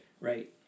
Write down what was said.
Right